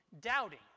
doubting